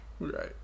Right